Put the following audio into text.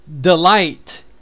delight